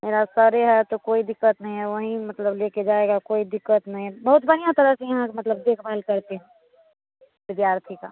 मेरा सरे है तो कोई दिक्कत नहीं है वहीं मतलब ले के जाएगा कोई दिक्कत नहीं है बहुत बढ़िया तरह से यहाँ के मतलब देख भाल करते हैं विद्यार्थी का